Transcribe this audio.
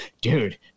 dude